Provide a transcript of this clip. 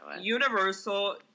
Universal